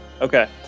Okay